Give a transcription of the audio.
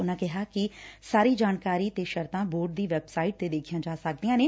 ਉਨੂਾਂ ਕਿਹਾ ਕਿ ਸਾਰੀ ਜਾਣਕਾਰੀ ਤੇ ਸ਼ਰਤਾਂ ਬੋਰਡ ਦੀ ਵੈਬਸਾਈਟ ਤੇ ਦੇਖੀਆਂ ਜਾ ਸਕਦੀਆਂ ਨੇ